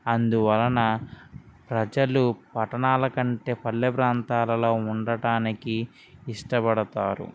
అందువలన ప్రజలు పట్టణాల కంటే పల్లె ప్రాంతాలలో ఉండటానికి ఇష్టపడతారు